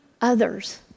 others